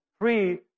free